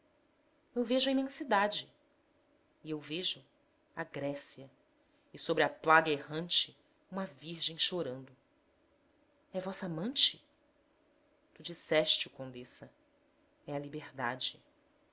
eu vejo a imensidade e eu vejo a grécia e sobre a plaga errante uma virgem chorando é vossa amante tu disseste o condessa é a liberdade